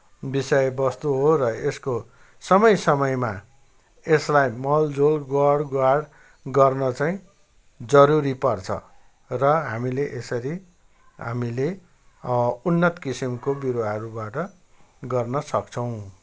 विषयवस्तु हो र यसको समय समयमा यसलाई मलजल गोडगाड गर्न चाहिँ जरुरी पर्छ र हामीले यसरी हामीले उन्नत किसिमको बिरुवाहरूबाट गर्नसक्छौँ